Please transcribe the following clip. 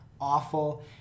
awful